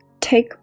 take